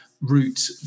route